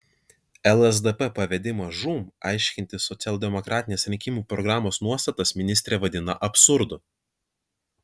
lsdp pavedimą žūm aiškinti socialdemokratinės rinkimų programos nuostatas ministrė vadina absurdu